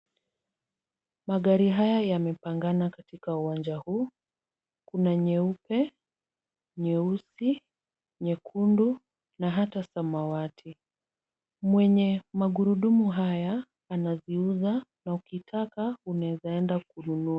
Magari haya yamepangana katika uwanja huu. Kuna nyeupe, nyeusi, nyekundu na hata samawati. Mwenye magurudumu haya anaziuza na ukitaka unaweza enda ununue.